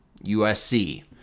USC